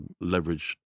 leverage